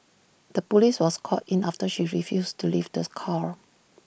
the Police was called in after she refused to leave this car